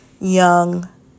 young